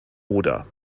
oder